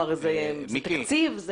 זה תקציב?\